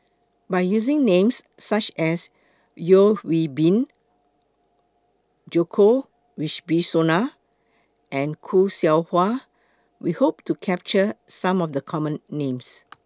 By using Names such as Yeo Hwee Bin Djoko Wibisono and Khoo Seow Hwa We Hope to capture Some of The Common Names